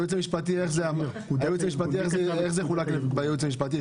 איך זה חולק בייעוץ המשפטי,